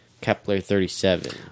Kepler-37